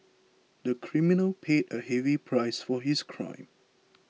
the criminal paid a heavy price for his crime